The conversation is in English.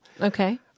Okay